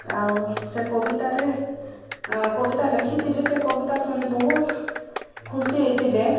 ଆଉ ସେ କବିତାରେ କବିତା ଲେଖିଥିଲି ସେ କବିତା ଶୁଣି ବହୁତ ଖୁସି ହେଇଥିଲେ